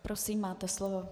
Prosím, máte slovo.